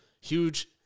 Huge